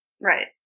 Right